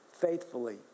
faithfully